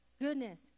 Goodness